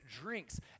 drinks